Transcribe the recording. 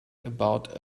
about